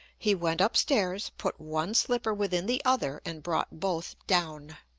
he went up-stairs, put one slipper within the other, and brought both down.